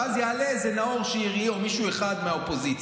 ואז יעלה איזה נאור שירי או מישהו אחד מהאופוזיציה,